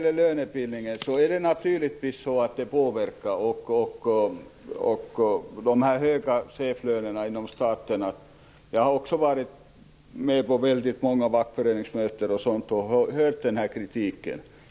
Lönebildningen och de höga chefslönerna inom staten påverkar naturligtvis. Jag har varit med på många fackföreningsmöten och hört den här kritiken.